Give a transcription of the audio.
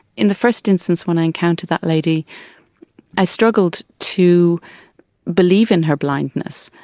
in the first instance when i encountered that lady i struggled to believe in her blindness,